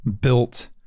built